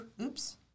oops